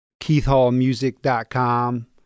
keithhallmusic.com